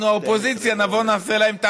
כל יום נולדים פה 14 תינוקות,